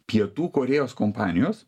pietų korėjos kompanijos